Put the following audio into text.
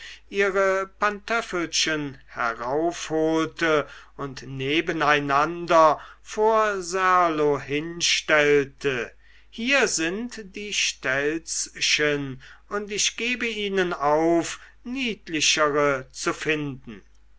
ihre pantöffelchen heraufholte und nebeneinander vor serlo hinstellte hier sind die stelzchen und ich gebe ihnen auf niedlichere zu finden